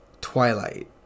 Twilight